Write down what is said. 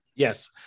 Yes